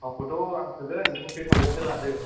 थावखौथ' आं सोगोन नों थ्रि थावसेन्ड सो लादो